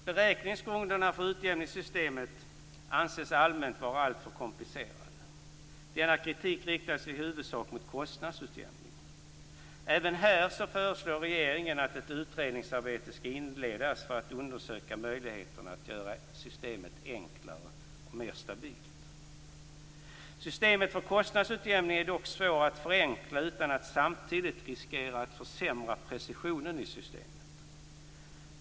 Beräkningsgrunderna för utjämningssystemet anses allmänt vara alltför komplicerade. Denna kritik riktar sig i huvudsak mot kostnadsutjämningen. Även i det här fallet föreslår regeringen att ett utredningsarbete skall inledas för att man skall undersöka möjligheten att göra systemet enklare och mer stabilt. Systemet för kostnadsutjämning är dock svårt att förenkla utan att man samtidigt riskerar att försämra precisionen i systemet.